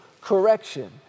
correction